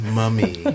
mummy